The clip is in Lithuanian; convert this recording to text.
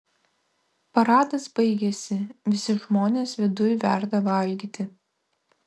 paradas baigėsi visi žmonės viduj verda valgyti